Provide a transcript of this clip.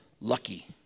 lucky